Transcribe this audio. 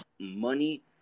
money